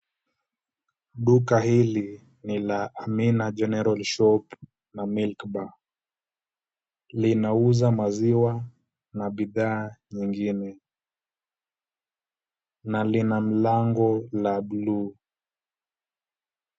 Duka hili ni la Amina general shop na milk bar . Linauza maziwa na bidhaa nyingine na lina mlango la buluu.